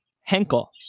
henkel